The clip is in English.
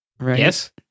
Yes